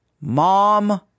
Mom